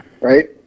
right